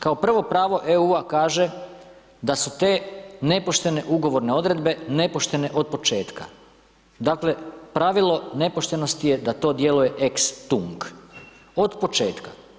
Kao prvo, pravo EU-a kaže da su te nepoštene ugovorne odredbe nepoštene od početka, dakle pravilo nepoštenosti je da to djeluje ex tung, od početka.